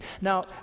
Now